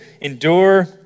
endure